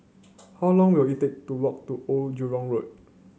how long will it take to walk to Old Jurong Road